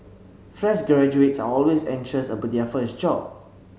fresh graduates are always anxious about their first job